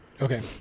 Okay